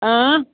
آ